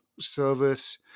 Service